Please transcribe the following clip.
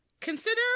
Consider